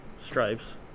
Stripes